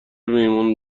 میمون